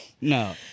No